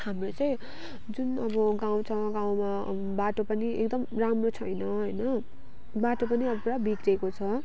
हाम्रो चाहिँ जुन अब गाउँठाउँ गाउँमा बाटो पनि एकदम राम्रो छैन होइन बाटो पनि अब पुरा बिग्रिएको छ